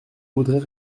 voudrais